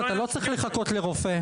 אתה לא צריך לחכות לרופא.